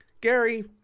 Gary